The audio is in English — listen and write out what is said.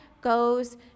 goes